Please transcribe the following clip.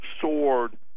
soared